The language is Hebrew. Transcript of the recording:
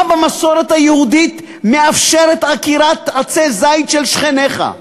מה במסורת היהודית מאפשר עקירת עצי זית של שכניך?